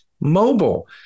Mobile